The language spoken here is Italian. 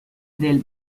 del